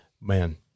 Man